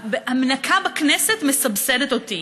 המנקה בכנסת מסבסדת אותי.